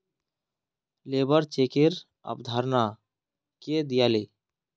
labour चेकेर अवधारणा के दीयाले